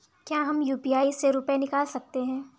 क्या हम यू.पी.आई से रुपये निकाल सकते हैं?